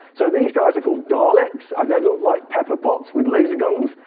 so these guys are called daleks, and they look like pepper pots with laser guns.